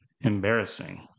Embarrassing